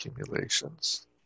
accumulations